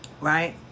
right